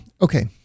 Okay